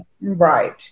Right